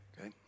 Okay